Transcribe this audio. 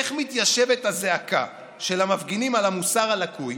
איך מתיישבת הזעקה של המפגינים על המוסר הלקוי